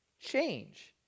Change